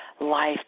life